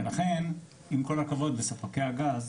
לכן עם כל הכבוד לספקי הגז,